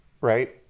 right